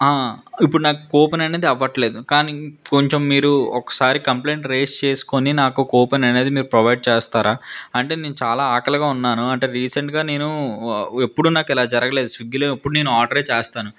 ఇప్పుడు నాకు కూపన్ అనేది అవ్వట్లేదు కానీ కొంచెం మీరు ఒకసారి కంప్లైంట్ రైస్ చేసుకొని నాకు కూపన్ అనేది మీరు ప్రొవైడ్ చేస్తారా అంటే నేను చాలా ఆకలిగా ఉన్నాను అంటే రీసెంట్గా నేను ఎప్పుడూ నాకిలా జరగలేదు స్విగ్గిలో ఎప్పుడూ నేను ఆర్డర్ చేస్తాను